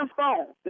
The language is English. phone